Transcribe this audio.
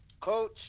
Coach